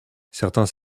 certains